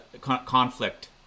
conflict